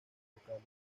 locales